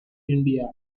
india